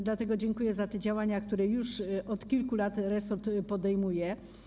Dlatego dziękuję za te działania, które już od kilku lat resort podejmuje.